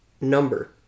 number